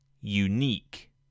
Unique